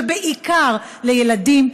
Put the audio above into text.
ובעיקר ילדים,